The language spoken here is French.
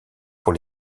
pour